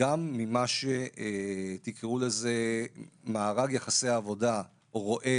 גם ממה ש-תקראו לזה מארג יחסי העבודה רואה